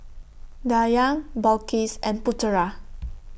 Dayang Balqis and Putera